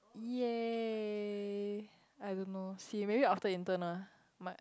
!yay! I don't know see maybe after intern ah might